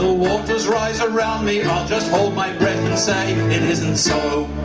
waters rise around me i'll just hold my breath and sayit isn't so